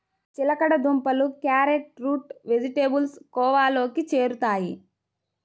చిలకడ దుంపలు, క్యారెట్లు రూట్ వెజిటేబుల్స్ కోవలోకి చేరుతాయి